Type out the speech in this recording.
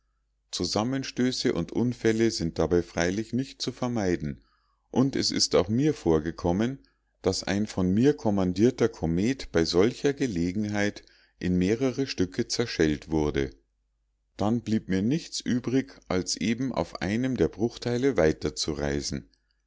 zusammenstöße und unfälle sind dabei freilich nicht zu vermeiden und es ist auch mir vorgekommen daß ein von mir kommandierter komet bei solcher gelegenheit in mehrere stücke zerschellt wurde dann blieb mir nichts übrig als eben auf einem der bruchteile weiterzureisen